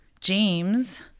James